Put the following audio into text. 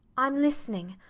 i'm listening.